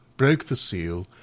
broke the seal,